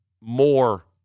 more